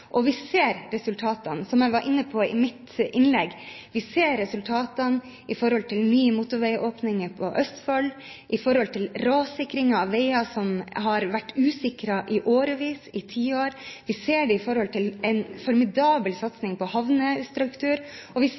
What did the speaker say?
Og vi ser resultatene, som jeg var inne på i mitt innlegg. Vi ser resultatene i forhold til ny motorveiåpning i Østfold, i forhold til rassikring av veier som har vært usikret i årevis – i tiår – vi ser det i forhold til en formidabel satsing på havnestruktur, og vi